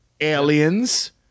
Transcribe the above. Aliens